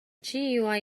gui